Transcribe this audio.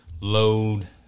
load